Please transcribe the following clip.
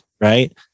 Right